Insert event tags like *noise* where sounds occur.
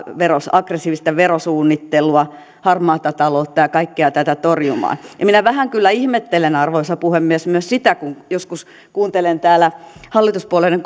aggressiivista verosuunnittelua harmaata taloutta ja kaikkea tätä torjumaan minä vähän kyllä ihmettelen arvoisa puhemies myös sitä kun joskus kuuntelen täällä hallituspuolueiden *unintelligible*